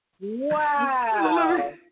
wow